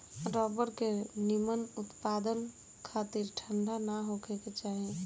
rubber के निमन उत्पदान खातिर ठंडा ना होखे के चाही